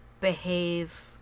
behave